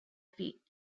feet